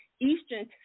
Eastern